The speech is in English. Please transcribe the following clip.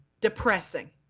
Depressing